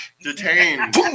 detained